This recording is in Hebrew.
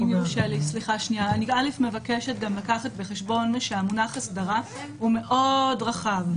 אני מבקשת גם לקחת בחשבון שהמונח אסדרה הוא מאוד רחב.